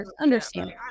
understand